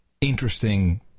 interesting